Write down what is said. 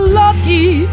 lucky